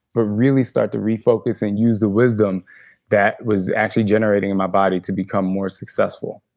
but really start to refocus and use the wisdom that was actually generating in my body to become more successful